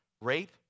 rape